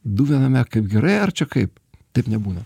du viename kaip gerai ar čia kaip taip nebūna